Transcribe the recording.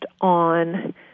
on